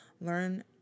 learn